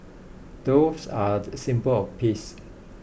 doves are the symbol of peace